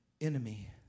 enemy